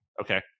Okay